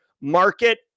market